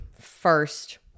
first